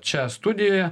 čia studijoje